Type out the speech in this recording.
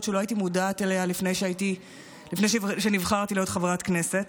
שלא הייתי מודעת אליה לפני שנבחרתי להיות חברת כנסת,